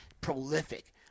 prolific